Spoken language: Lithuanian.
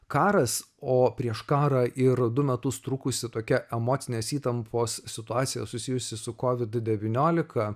karas o prieš karą ir du metus trukusi tokia emocinės įtampos situacija susijusi su covid devyniolika